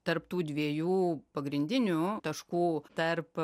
tarp tų dviejų pagrindinių taškų tarp